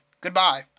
Goodbye